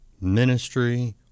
ministry